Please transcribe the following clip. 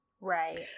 right